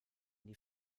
die